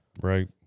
Right